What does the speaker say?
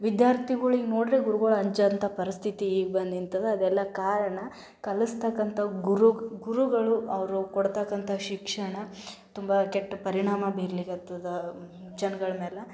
ವಿದ್ಯಾರ್ಥಿಗಳಿಗೆ ನೋಡ್ದ್ರೆ ಗುರುಗಳು ಅಂಜೋಂಥ ಪರಸ್ಥಿತಿ ಈಗ ಬಂದು ನಿಂತದ ಅದೆಲ್ಲ ಕಾರಣ ಕಲಿಸ್ತಕ್ಕಂಥ ಗುರು ಗುರುಗಳು ಅವರು ಕೊಡ್ತಕ್ಕಂಥ ಶಿಕ್ಷಣ ತುಂಬ ಕೆಟ್ಟ ಪರಿಣಾಮ ಬೀರ್ಲಿಕ್ಕೆ ಹತ್ತದ ಜನ್ಗಳ ಮ್ಯಾಲ